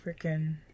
freaking